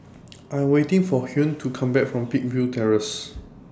I Am waiting For Hugh to Come Back from Peakville Terrace